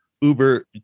Uber